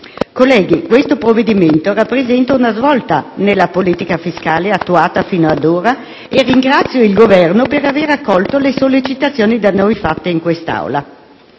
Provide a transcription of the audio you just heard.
colleghi, questo provvedimento rappresenta una svolta nella politica fiscale attuata fino ad ora e ringrazio il Governo per aver accolto le sollecitazioni da noi fatte in quest'Aula.